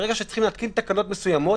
ברגע שצריכים להתקין תקנות מסוימות,